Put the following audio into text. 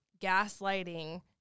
gaslighting